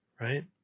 right